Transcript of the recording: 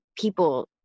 people